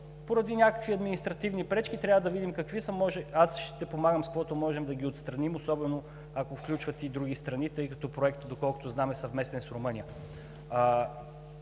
поради някакви административни пречки, трябва да видим какви са. Аз ще помагам с каквото можем да ги отстраним, особено ако включват и други страни, тъй като проектът, доколкото знам, е съвместен с Румъния.